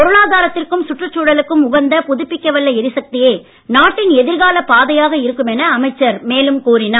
பொருளாதாரத்திற்கும் சுற்றுச்சூழலுக்கும் உகந்த புதுப்பிக்க வல்ல எரிசக்தியே நாட்டின் எதிர்கால பாதையாக இருக்கும் என அமைச்சர் மேலும் கூறினார்